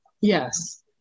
Yes